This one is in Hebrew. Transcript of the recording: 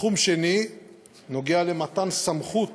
תחום אחר נוגע למתן סמכות